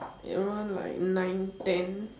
around like nine ten